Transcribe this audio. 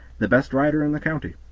the best rider in the county.